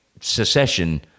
secession